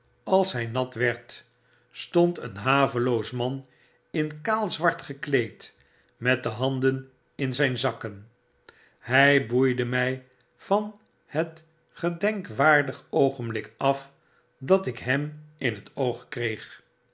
als h nat werd stond een haveloos man in kaal zwart gekleed met de handen in zjn zakken hfj boeide mij van het gedenkwaardig oogenblik af dat ik hem in het oog kreeg